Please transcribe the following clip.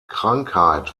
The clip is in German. krankheit